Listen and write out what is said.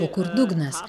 o kur dugnas